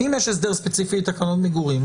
אם יש הסדר ספציפי לתקנות מגורים,